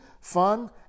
fun